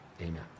amen